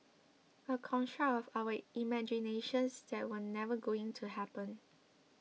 a construct of our imaginations that was never going to happen